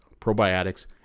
probiotics